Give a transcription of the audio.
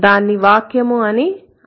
దాన్నివాక్యము అని అనలేము